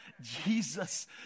Jesus